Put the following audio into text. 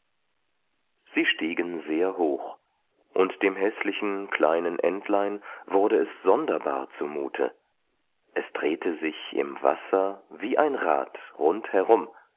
sie stiegen sehr hoch und dem häßlichen kleinen entlein wurde es sonderbar zu mute es drehte sich im wasser wie ein rad rund herum